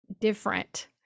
different